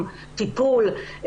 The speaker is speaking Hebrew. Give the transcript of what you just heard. טיפול,